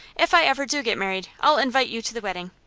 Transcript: if i ever do get married i'll invite you to the wedding.